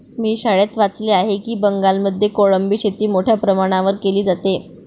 मी शाळेत वाचले आहे की बंगालमध्ये कोळंबी शेती मोठ्या प्रमाणावर केली जाते